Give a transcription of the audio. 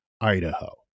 Idaho